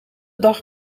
dag